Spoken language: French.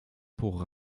pour